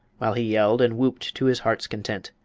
while he yelled and whooped to his heart's content.